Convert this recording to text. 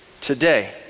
today